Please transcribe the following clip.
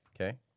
okay